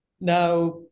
Now